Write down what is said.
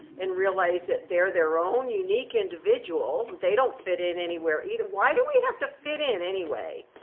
and realize that they're their own unique individual, they don't fit in anywhere either. why do we have to fit in, anyway?